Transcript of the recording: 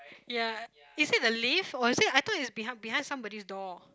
ya is it the lift or is it I thought it's behind behind somebody's door